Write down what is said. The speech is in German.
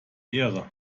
ehre